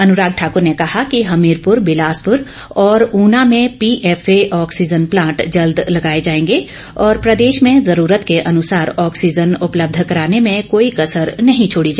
अनुराग ठाकूर ने कहा कि हमीरपूर बिलासपर और ऊना में पीएफए ऑक्सीजन प्लांट जल्द लगाए जाएंगे और प्रदेश में जरूरत के अनुसार ऑक्सीजन उपलब्ध कराने में कोई कसर नहीं छोड़ी जाएगी